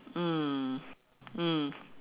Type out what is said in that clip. mm mm